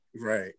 right